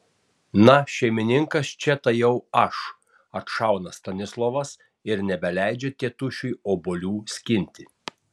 na šeimininkas čia tai jau aš atšauna stanislovas ir nebeleidžia tėtušiui obuolių skinti